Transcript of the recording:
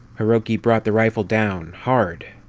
hiroki brought the rifle down, hard,